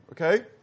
Okay